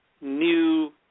new